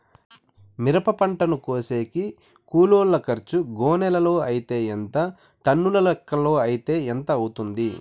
మిరప పంటను కోసేకి కూలోల్ల ఖర్చు గోనెలతో అయితే ఎంత టన్నుల లెక్కలో అయితే ఎంత అవుతుంది?